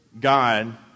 God